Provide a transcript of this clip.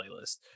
playlist